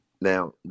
Now